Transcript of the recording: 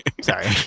Sorry